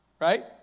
right